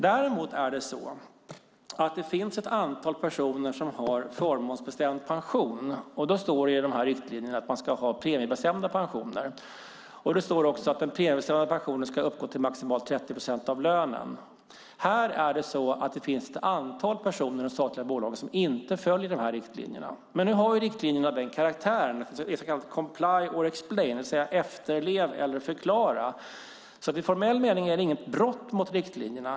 Däremot finns ett antal personer som har förmånsbestämd pension. Det står i riktlinjerna att man ska ha premiebestämda pensioner. Det står också att den premiebestämda pensionen ska uppgå till maximalt 30 procent av lönen. Här finns ett antal personer i de statliga bolagen som inte följer riktlinjerna. Nu har riktlinjerna den karaktären att de är comply or explain, efterlev eller förklara. I formell mening är det inget brott som riktlinjerna.